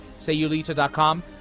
Sayulita.com